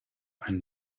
ein